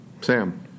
Sam